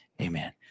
Amen